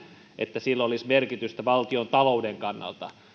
että sillä olisi merkitystä valtiontalouden kannalta